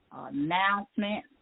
Announcement